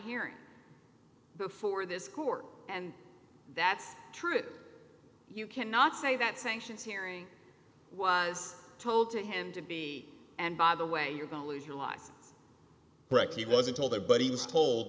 hearing before this court and that's true you cannot say that sanctions hearing was told to him to be and by the way you're going to lose your license he wasn't told there bu